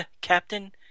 Captain